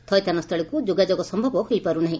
ଥଇଥାନସ୍ଚଳୀକୁ ଯୋଗାଯୋଗ ସ୍ୟବ ହୋଇପାର୍ ନାହି